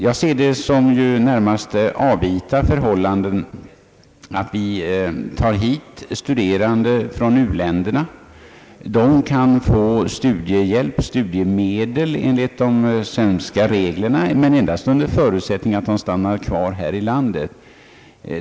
Jag ser det som ett närmast avvita förhållande att vi tar hit studerande från u-länderna; de kan få studiehjälp och studiemedel enligt de svenska reglerna men endast under förutsättning att de stannar kvar här i landet.